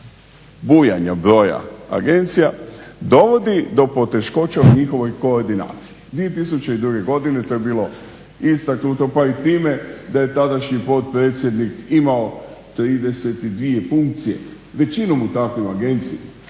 bujanja broja agencija, dovodi do poteškoća u njihovoj koordinaciji. 2002. godine to je bilo istaknuto pa i time da je tadašnji potpredsjednik imao 32 funkcije, većinom u takvim agencijama.